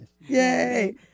Yay